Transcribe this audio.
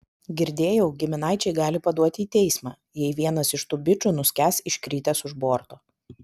girdėjau giminaičiai gali paduoti į teismą jei vienas iš tų bičų nuskęs iškritęs už borto